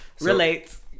Relates